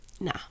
nah